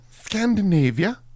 Scandinavia